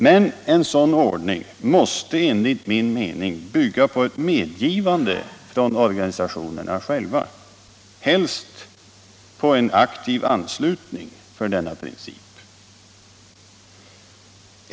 Men en sådan ordning måste enligt min mening bygga på ett medgivande från organisationerna — helst på en aktiv anslutning till denna princip.